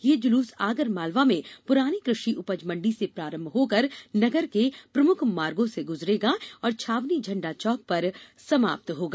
यह जुलूस आगरमालवा में पुरानी कृषि उपज मंडी से प्रारंभ होकर नगर के प्रमुख मार्गो से गुजरेगा और छावनी झंडाचौक पर समाप्त होगा